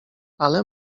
ale